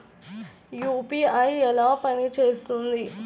UPI ఎలా పనిచేస్తుంది?